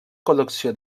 col·lecció